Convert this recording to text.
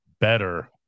Better